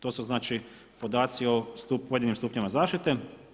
To su znači podaci o pojedinim stupnjevima zaštite.